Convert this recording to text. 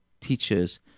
teachers